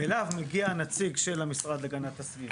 ואליו מגיע הנציג של המשרד להגנת הסביבה,